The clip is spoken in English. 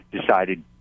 decided